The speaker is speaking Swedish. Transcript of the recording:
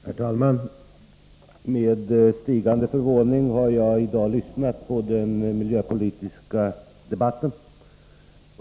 Herr talman! Med stigande förvåning har jag i dag lyssnat på den miljöpolitiska debatten.